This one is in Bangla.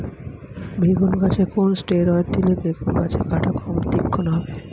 বেগুন গাছে কোন ষ্টেরয়েড দিলে বেগু গাছের কাঁটা কম তীক্ষ্ন হবে?